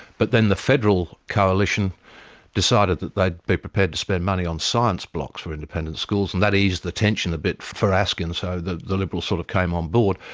but then the federal coalition decided that they'd be prepared to spend money on science blocks for independent schools, and that eased the tension a bit for askin, so the the liberals sort of came on board.